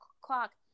clock